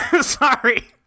Sorry